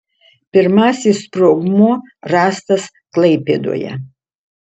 pirmasis sprogmuo rastas klaipėdoje